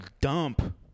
dump